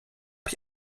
ich